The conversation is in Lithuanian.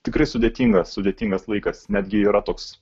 tikrai sudėtingas sudėtingas laikas netgi yra toks